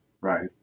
Right